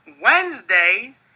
Wednesday